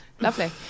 Lovely